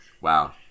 Wow